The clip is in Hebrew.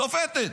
שופטת.